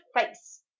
face